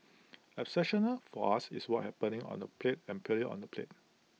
exceptional for us is what's happening on the plate and purely on the plate